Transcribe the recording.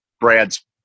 Brad's